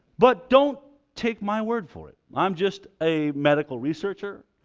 but don't take my word for it i'm just a medical researcher